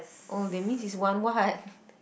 oh that mean is one what